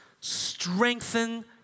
strengthen